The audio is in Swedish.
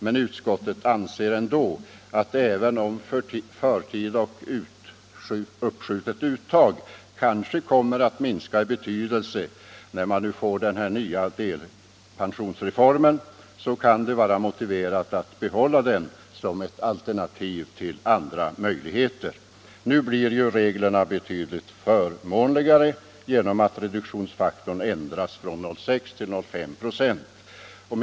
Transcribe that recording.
Men utskottet anser ändå att, även om förtida och uppskjutet uttag kanske kommer att minska i betydelse när man får den nya delpensionsreformen, det kan vara motiverat att behålla det som ett alternativ till andra möjligheter. Nu blir reglerna betydligt förmånligare genom att reduktionsfaktorn ändras från 0,6 96 till 0,5 96.